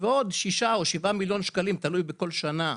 ועוד 6 או 7 מיליון שקלים תלוי בכל שנה,